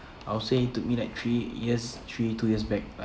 I'll say to me that three years three two years back